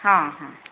ହଁ ହଁ